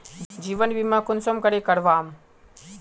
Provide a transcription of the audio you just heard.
जीवन बीमा कुंसम करे करवाम?